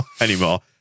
Anymore